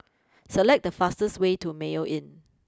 select the fastest way to Mayo Inn